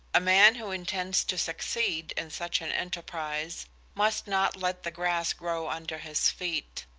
a man who intends to succeed in such an enterprise must not let the grass grow under his feet.